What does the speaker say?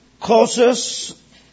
causes